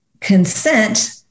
consent